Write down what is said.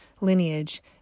lineage